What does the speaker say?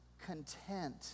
content